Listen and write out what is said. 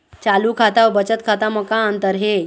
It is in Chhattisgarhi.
चालू खाता अउ बचत खाता म का अंतर हे?